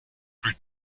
plus